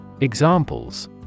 Examples